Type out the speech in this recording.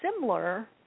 similar